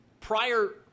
Prior